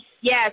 Yes